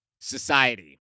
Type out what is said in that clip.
Society